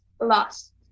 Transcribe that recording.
lost